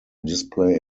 display